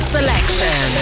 Selection